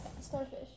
starfish